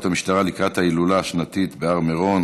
המשטרה לקראת ההילולה השנתית בהר מירון,